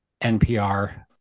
NPR